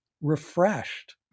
refreshed